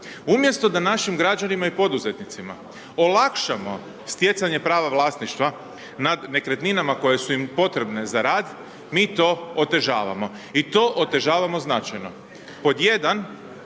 Umjesto da našim građanima i poduzetnicima olakšamo stjecanje prava vlasništva nad nekretninama koje su im potrebne za rad, mi to otežavamo i to otežavamo značajno.